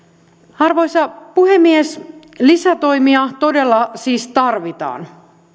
arvoisa puhemies lisätoimia todella siis tarvitaan